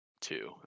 Two